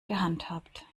gehandhabt